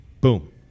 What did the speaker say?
Boom